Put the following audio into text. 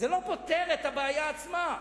זה לא פותר את הבעיה עצמה.